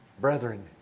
brethren